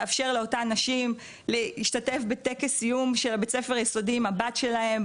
תאפשר לאותן נשים להשתתף בטקס סיום של בית ספר יסודי עם הבת שלהן,